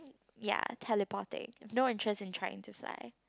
ya teleporting no interest in trying to fly